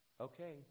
Okay